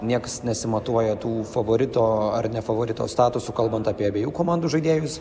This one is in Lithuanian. nieks nesimatuoja tų favorito ar ne favorito statusų kalbant apie abiejų komandų žaidėjus